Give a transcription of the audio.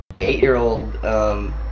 Eight-year-old